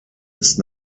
ist